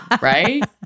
right